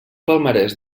palmarès